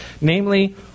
namely